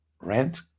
rent